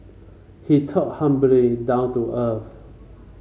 he talked humbly down to earth